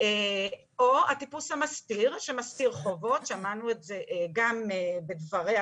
או הטיפוס המסתיר שמסתיר חובות ושמענו את זה גם בדבריה